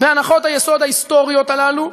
בהנחות היסוד ההיסטוריות הללו,